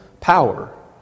power